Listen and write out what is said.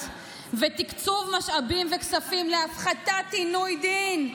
ותקצוב משאבים וכספים להפחתת עינוי דין,